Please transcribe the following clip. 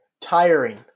tiring